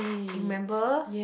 you remember